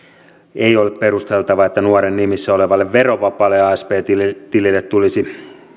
ei ole perusteltavissa että nuoren nimissä olevalle verovapaalle asp tilille tilille tulisi